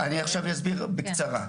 אני עכשיו אסביר בקצרה,